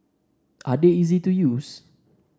are they easy to use